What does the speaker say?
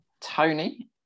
tony